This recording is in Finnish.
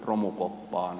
miksi